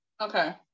Okay